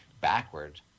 backward